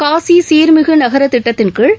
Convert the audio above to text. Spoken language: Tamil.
காசி சீர்மிகு நகரத் திட்டத்தின்கீழ்